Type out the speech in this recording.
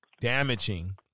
damaging